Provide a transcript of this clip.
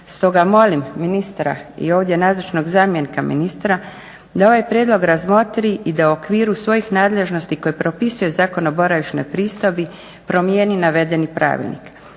Stoga molim ministra i ovdje nazočnog zamjenika ministra, da ovaj prijedlog razmotri i da u okviru svojih nadležnosti koje propisuje Zakon o boravišnoj pristojbi promijeni navedeni pravilnik.